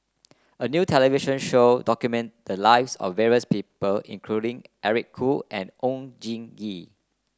a new television show documented the lives of various people including Eric Khoo and Oon Jin Gee